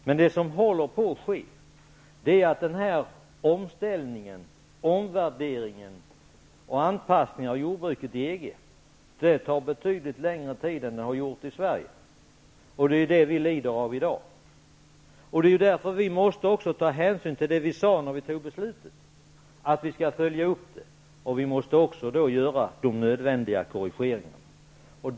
Det som håller på att ske är att den här omställningen, omvärderingen och anpassningen av jordbruket i EG tar betydligt längre tid än den har gjort i Sverige. Det är detta vi lider av i dag. Det är därför vi måste ta hänsyn till det vi sade när vi tog beslutet, nämligen att vi skall följa upp det. Då måste vi också göra de nödvändiga korrigeringarna.